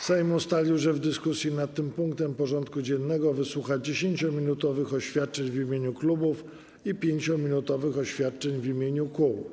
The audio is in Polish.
Sejm ustalił, że w dyskusji nad tym punktem porządku dziennego wysłucha 10-minutowych oświadczeń w imieniu klubów i 5-minutowych oświadczeń w imieniu kół.